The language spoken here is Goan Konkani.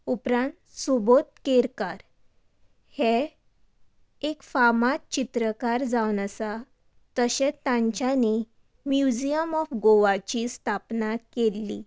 उपरान सुबोद केरकार हे एक फामाद चित्रकार जावन आसा तशेंत तांच्यानी म्युजियम ऑफ गोवाची स्थापना केल्ली